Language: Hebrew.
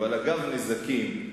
אבל אגב נזקים,